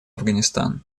афганистан